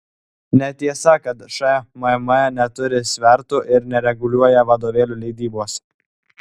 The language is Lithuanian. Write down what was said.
netiesa kad šmm neturi svertų ir nereguliuoja vadovėlių leidybos